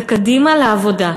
וקדימה לעבודה.